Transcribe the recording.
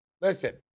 listen